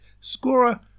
scorer